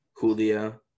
Julia